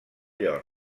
york